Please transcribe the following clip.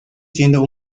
siendo